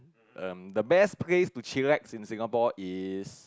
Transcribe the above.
um the best place to chillax in Singapore is